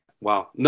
Wow